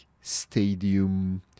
Stadium